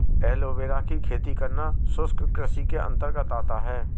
aloe vera की खेती करना शुष्क कृषि के अंतर्गत आता है